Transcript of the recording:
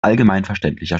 allgemeinverständlicher